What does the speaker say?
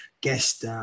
guest